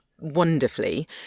Wonderfully